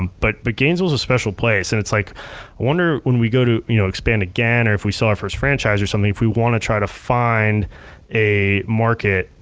but but gainesville's a special place, and it's like, i wonder when we go to you know expand again or if we sell our first franchise or something, if we wanna try to find a market,